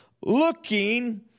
looking